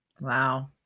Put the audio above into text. Wow